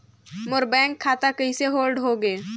मोर bank खाता कइसे hold होगे?